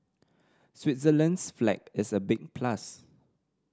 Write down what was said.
Switzerland's flag is a big plus